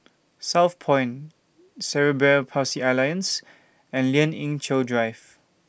Southpoint Cerebral Palsy Alliance and Lien Ying Chow Drive